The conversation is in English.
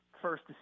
First